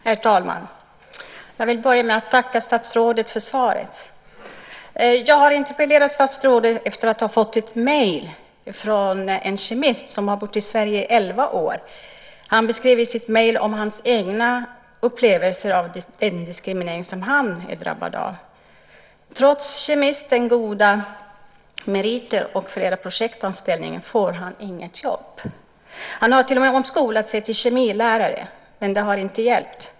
Herr talman! Jag vill börja med att tacka statsrådet för svaret. Jag har interpellerat statsrådet efter att ha fått ett mejl från en kemist som har bott i Sverige i elva år. Han beskriver i sitt mejl sina egna upplevelser av den diskriminering han har drabbats av. Trots sina goda meriter som kemist och flera projektanställningar får han inget jobb. Han har till och med omskolat sig till kemilärare, men det har inte hjälpt.